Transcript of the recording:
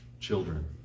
Children